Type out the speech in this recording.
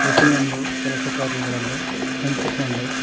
ಪ್ರತಿ ಒಂದು ಕೆಲಸ ಕಾರ್ಯಗಳನ್ನು ಹಂಚಿಕೊಂಡು